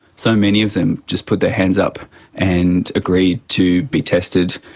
so many of them just put their hands up and agreed to be tested,